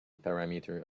parameter